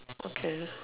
okay